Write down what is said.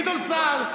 גדעון סער.